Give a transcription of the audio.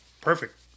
perfect